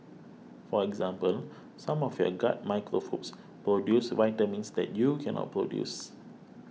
for example some of your gut microbes produce vitamins that you cannot produce